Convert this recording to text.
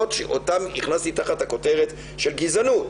שאותן הכנסתי תחת הכותרת של גזענות,